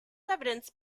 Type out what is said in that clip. evidenced